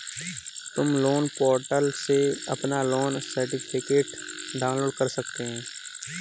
तुम loan portal से अपना लोन सर्टिफिकेट डाउनलोड कर सकते हो